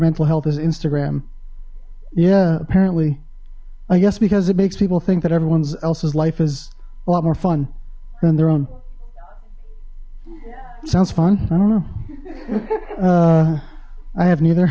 mental health is instagram yeah apparently i guess because it makes people think that everyone's else's life is a lot more fun than their own it sounds fun i don't know i haven't either